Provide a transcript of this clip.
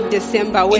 December